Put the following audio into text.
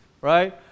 right